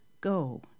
Go